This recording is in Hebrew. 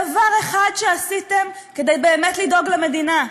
דבר אחד שעשיתם כדי באמת לדאוג למדינה.